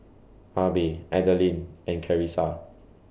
Abe Adalyn and Carissa